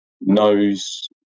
knows